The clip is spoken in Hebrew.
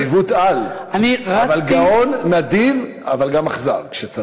נדיבות-על, גאון, נדיב, אבל גם אכזר כשצריך.